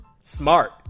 smart